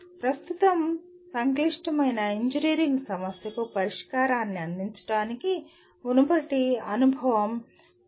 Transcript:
ప్రస్తుతం సంక్లిష్టమైన ఇంజనీరింగ్ సమస్యకు పరిష్కారాన్ని అందించడానికి మునుపటి అనుభవం ఉండకపోవచ్చు